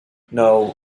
now